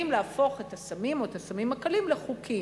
להפוך את הסמים או את הסמים הקלים לחוקיים.